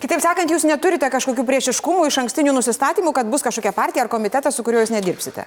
kitaip sakant jūs neturite kažkokių priešiškumų išankstinių nusistatymų kad bus kažkokia partija ar komitetas su kuriuo jūs nedirbsite